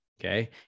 Okay